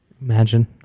Imagine